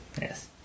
Yes